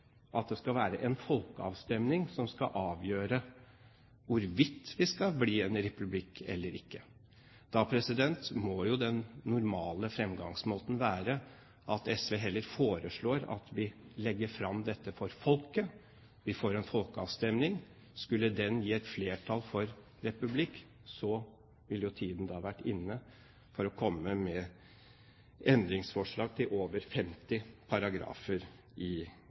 at det skal være en folkeavstemning som skal avgjøre hvorvidt vi skal bli en republikk eller ikke. Da må jo den normale fremgangsmåten være at SV heller foreslår at vi legger dette fram for folket, at vi får en folkeavstemning. Skulle den gi et flertall for republikk, ville tiden vært inne for å komme med endringsforslag til over 50 paragrafer i